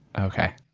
okay.